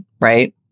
right